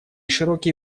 широкие